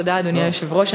תודה, אדוני היושב-ראש.